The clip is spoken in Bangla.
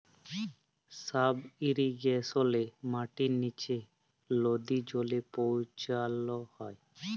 সাব ইরিগেশলে মাটির লিচে লদী জলে পৌঁছাল হ্যয়